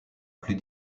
plus